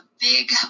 big